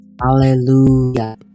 Hallelujah